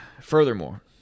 Furthermore